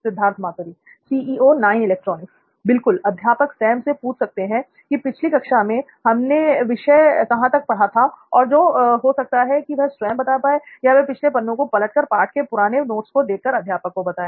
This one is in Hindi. सिद्धार्थ मातुरी बिल्कुल अध्यापक सैम से पूछ सकते हैं की पिछली कक्षा में हमने विषय कहां तक पढ़ा था और हो सकता है कि वह स्वयं बता पाए या वह पिछले पन्नों को पलट कर पाठ के पुराने नोट्स को देखकर अध्यापक को बताएं